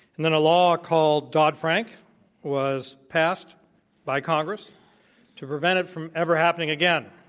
and then a law called dodd-frank was passed by congress to prevent it from ever happening again,